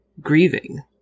grieving